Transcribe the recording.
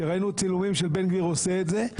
וראינו צילומים של בן גביר עושה את זה,